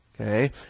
Okay